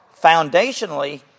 Foundationally